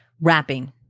Wrapping